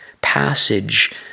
passage